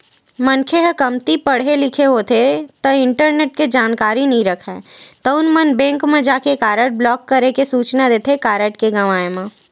मनखे ह कमती पड़हे लिखे होथे ता इंटरनेट के जानकारी नइ राखय तउन मन बेंक म जाके कारड ब्लॉक करे के सूचना देथे कारड के गवाय म